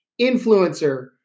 influencer